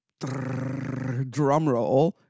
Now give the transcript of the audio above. drumroll